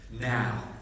Now